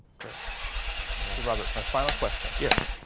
great. so robert my final question yes,